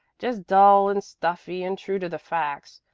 just dull and stuffy and true to the facts.